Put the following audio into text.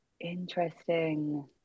interesting